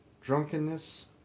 drunkenness